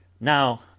now